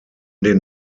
den